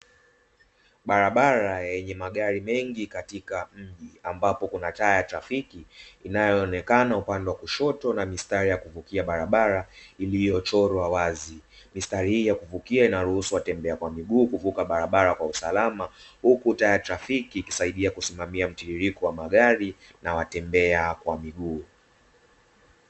Barabara yenye magari mengi katika mji, ambapo kuna taa ya trafiki inayoonekana upande wa kushoto na mistari ya kuvukia barabara iliyochorwa wazi, mistari hii ya kuvutia inaruhusu watembea kwa miguu kuvuka barabara kwa usalama. Huku taa ya trafiki ikisaidia kusimamia mtiririko wa magari na watembea kwa miguu.